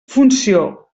funció